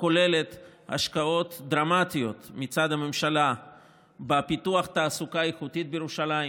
כוללת השקעות דרמטיות מצד הממשלה בפיתוח תעסוקה איכותית בירושלים,